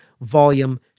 volume